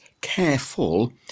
careful